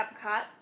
Epcot